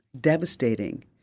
Devastating